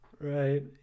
Right